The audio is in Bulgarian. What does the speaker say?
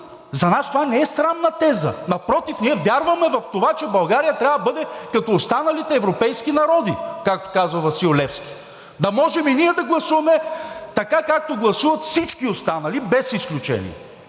За нас това не е срамна теза, напротив ние вярваме в това, че България трябва да бъде като останалите европейски народи, както казва Васил Левски – да можем и ние да гласуваме така, както гласуват всички останали, без изключение.